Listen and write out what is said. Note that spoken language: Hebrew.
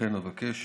לכן אבקש